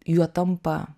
juo tampa